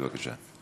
בוועדת החינוך,